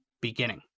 beginning